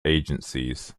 agencies